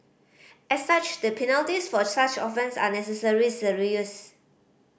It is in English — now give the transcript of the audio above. as such the penalties for such offence are necessary serious